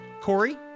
Corey